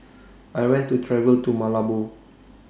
I want to travel to Malabo